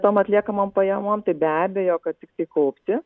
tom atliekamom pajamom tai be abejo kad tiktai kaupti